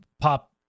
pop